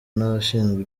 n’abashinzwe